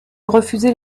refuser